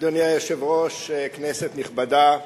אדוני היושב-ראש, כנסת נכבדה,